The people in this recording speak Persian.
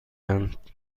اند